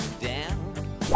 down